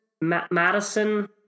Madison